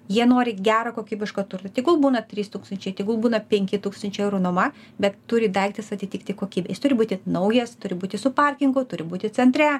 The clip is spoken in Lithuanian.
jie nori gero kokybiško turto tegul būna trys tūkstančiai tegul būna penki tūkstančiai eurų nuoma bet turi daiktas atitikti kokybę jis turi būti naujas turi būti su parkingu turi būti centre